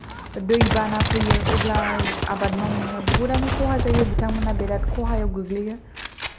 दैबाना फैयो अब्ला आबाद मावनाया बुहुथआनो खहा जायो बिथांमोनहा बिराद खहायाव गोग्लैयो